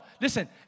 Listen